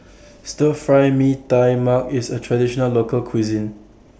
Stir Fry Mee Tai Mak IS A Traditional Local Cuisine